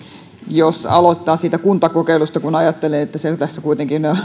jos aloittaisi siitä kuntakokeilusta kun ajattelen että se on tässä kuitenkin